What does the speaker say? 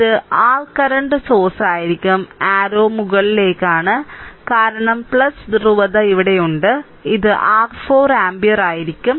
ഇത് r current സോഴ്സ്ആയിരിക്കും അരരൌ മുകളിലേക്കാണ് കാരണം ധ്രുവത ഇവിടെയുണ്ട് ഇത് r 4 ആമ്പിയർ ആയിരിക്കും